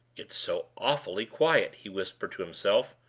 it's so awfully quiet, he whispered to himself.